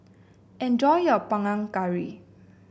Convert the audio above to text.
enjoy your Panang Curry